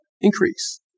increase